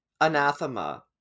anathema